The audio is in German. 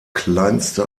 kleinste